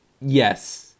yes